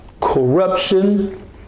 corruption